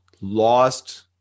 lost